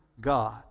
God